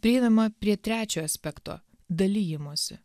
prieinama prie trečio aspekto dalijimosi